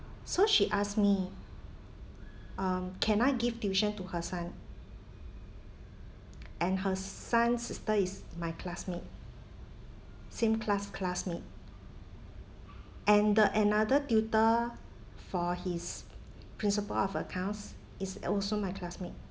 so she asked me um can I give tuition to her son and her son's sister is my classmate same class classmate and the another tutor for his principle of accounts is also my classmate